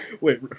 Wait